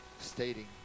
stating